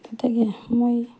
এতেকে মই